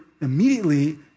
immediately